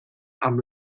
amb